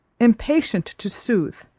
impatient to soothe,